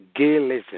gayism